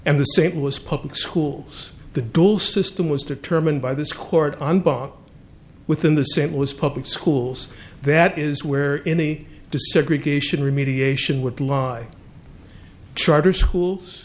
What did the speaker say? and the st louis public schools the dual system was determined by this court within the st was public schools that is where in the desegregation remediation would lie charter schools